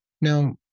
Now